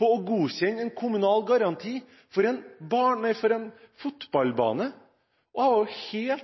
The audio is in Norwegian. på å godkjenne en kommunal garanti for en fotballbane. Jeg